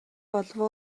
болов